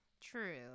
True